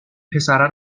پسره